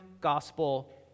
gospel